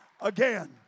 again